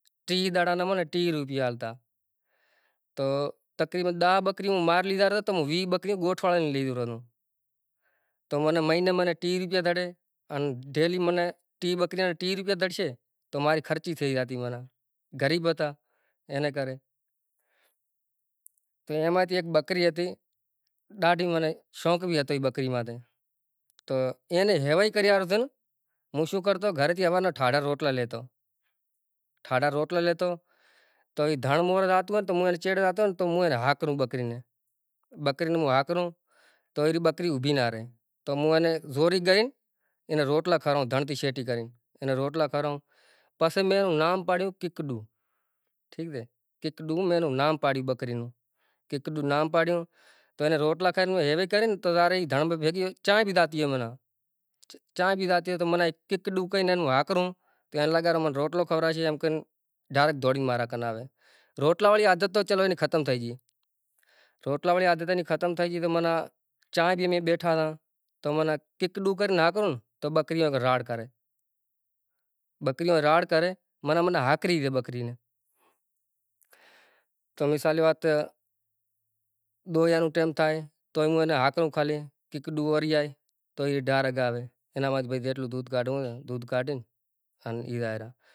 ٹي ڈاڑا ای زمانہ ما ٹي روپیہ ہالتا۔ تو تقریباّّ ڈاھ بکریوں مارلی ترن تو ویھ بکریوں گوٹھ وارا نی لئی نو رنو۔ تو معنی مہینے معنی ٹي روپیہ ڈھڑے ان ڈھیلی معنی ٹی روپیہ ڈھڑشے۔ ماری خرچی تھئی جاتی معنی غریب ہتا اینا کرے۔ تو ایما تی ایک بکری ہتی ڈاڈھی معنی شونق بی ہتو ای بکری مانتھے۔ تو اینے رو وئی کریا ہن، مو شو کرتو گھرے تی اؐوا نا ٹاردھ روٹلا لیتو۔ ٹاڈھا روٹلا لیتو، تو ای ڈڑھ موڑے رات ہن ہون اینے چیرے راترن تو ہوں اینے ہا کروں بکری نے۔ بکری نے ہوں ہا کروں تو معنی ای بکری اوبھی نا رے تو موں اینے ذوری گئین اینے روٹلا کھرائوں ڈھنڑ تی شیٹی کری اینے روٹلا کھراوو۔ پسے مے اینو پاڑیو کک ڈو۔ ٹھیک سے۔ کک ڈو مے اینو نام پاڑیو بکری نو۔ کک ڈو نام پاڑیو، تو اینے روٹلا کھراوو تو ای ہے ہے کرے نا تو ای ظاہر ہے ای دھنڑ بھی بھیگی ہوئی چائیں بی تھاتی ہوئی معنی۔ چائین بھی تھاتی ہوئی تو معنی کک ڈو کرے ہوں اینے ہاکروں تو اینے لاگے آ منے روٹلو کھوراشے ایم کری نے ڈائرئکٹ دوڑی کری مارا کن آوے۔ روٹلا تو چلو عادت تو اینے ختم تھئی گئی روٹلا واڑی عادع اینے ختم تھئی گئی تو معنی چائیں نے بی اینے بے ٹھانا تو معنی کک ڈو کری نے ہاکروں نا تو بکری اولی راڑ کرے۔ بکری ہوے راڑ کرے، معنی ہاکری نے بکری نے تو مثال نی وات دوھیا نو ٹائم تھائی تو ہوں اینے ہاکروں خالی کک ڈو تو ای دوڑی ائے ڈائریکٹ آئے اینا ما سی پسی جیٹلو دودھ کاڈھوو ہوئی دودھ کاڈھیں ان ای ائرا۔